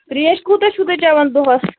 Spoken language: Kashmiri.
ترٛیش کوٗتاہ چھِو تُہۍ چیٚوان دۄہس